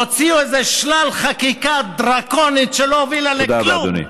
הוציאו איזה שלל חקיקה דרקונית שלא הובילה לכלום.